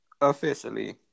officially